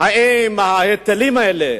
האם ההיטלים האלה,